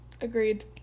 Agreed